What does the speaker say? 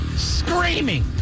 Screaming